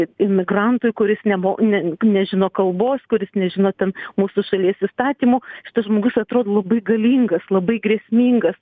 imigrantui kuris nemo ne nežino kalbos kuris nežino ten mūsų šalies įstatymų šitas žmogus atrodo labai galingas labai grėsmingas